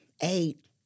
eight